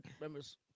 members